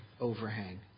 overhang